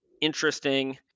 interesting